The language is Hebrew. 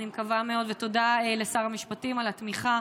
אני מקווה מאוד, ותודה לשר המשפטים על התמיכה,